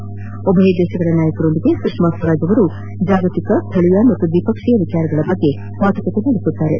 ಈ ಎರಡೂ ದೇಶಗಳ ನಾಯಕರೊಂದಿಗೆ ಸುಷ್ಕಾ ಸ್ವರಾಜ್ ಅವರು ಜಾಗತಿಕ ಸ್ಥಳೀಯ ಹಾಗೂ ದ್ವಿಪಕ್ಷೀಯ ವಿಷಯಗಳ ಕುರಿತು ಮಾತುಕತೆ ನಡೆಸಲಿದ್ದಾರೆ